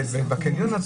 בקניון,